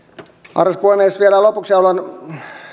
arvoisa puhemies vielä lopuksi haluan